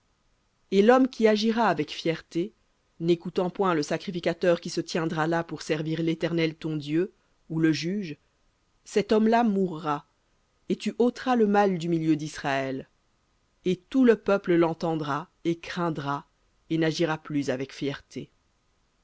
et l'homme qui agira avec fierté n'écoutant point le sacrificateur qui se tiendra là pour servir l'éternel ton dieu ou le juge cet homme-là mourra et tu ôteras le mal disraël et tout le peuple l'entendra et craindra et n'agira plus avec fierté